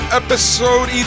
episode